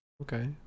Okay